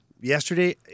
Yesterday